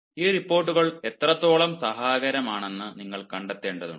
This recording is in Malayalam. ഈ റിപ്പോർട്ടുകൾ എത്രത്തോളം സഹായകരമാണെന്ന് നിങ്ങൾ കണ്ടെത്തേണ്ടതുണ്ട്